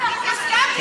אנחנו מסכימים.